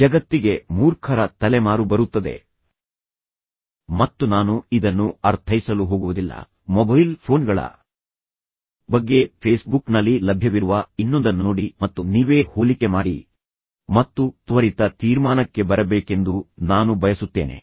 ಜಗತ್ತಿಗೆ ಮೂರ್ಖರ ತಲೆಮಾರು ಬರುತ್ತದೆ" ಮತ್ತು ನಾನು ಇದನ್ನು ಅರ್ಥೈಸಲು ಹೋಗುವುದಿಲ್ಲ ಮೊಬೈಲ್ ಫೋನ್ಗಳ ಬಗ್ಗೆ ಫೇಸ್ಬುಕ್ನಲ್ಲಿ ಲಭ್ಯವಿರುವ ಇನ್ನೊಂದನ್ನು ನೋಡಿ ಮತ್ತು ನೀವೇ ಹೋಲಿಕೆ ಮಾಡಿ ಮತ್ತು ತ್ವರಿತ ತೀರ್ಮಾನಕ್ಕೆ ಬರಬೇಕೆಂದು ನಾನು ಬಯಸುತ್ತೇನೆ